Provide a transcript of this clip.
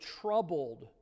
troubled